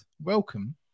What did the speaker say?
Welcome